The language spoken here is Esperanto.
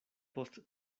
post